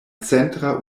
centra